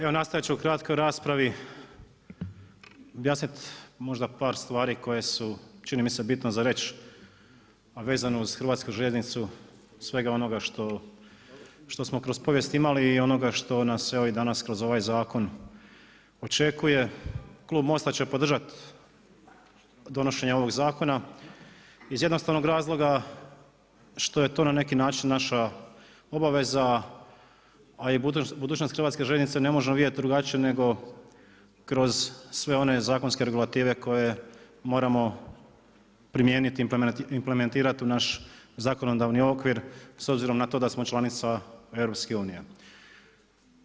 Evo nastojat ću u kratkoj raspravi objasnit možda par stvari koje su, čini mi se, bitne za reći, a vezano uz hrvatsku željeznicu, svega ono što smo kroz povijest imali i onoga što nam se i danas kroz ovaj zakon očekuje, klub MOST-a će podržati donošenje ovog zakona iz jednostavnog razloga što je to na neki način naša obaveza, a i budućnost hrvatske željeznice ne možemo vidjeti drugačije nego kroz sve ove zakonske regulative koje moramo primijeniti, implementirati u naš zakonodavni okvir s obzirom na to da smo članica EU-a.